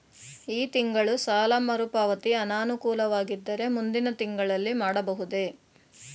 ಈ ತಿಂಗಳು ಸಾಲ ಮರುಪಾವತಿ ಅನಾನುಕೂಲವಾಗಿದ್ದರೆ ಮುಂದಿನ ತಿಂಗಳಲ್ಲಿ ಮಾಡಬಹುದೇ?